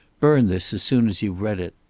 burn this as soon as you've read it.